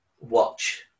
watch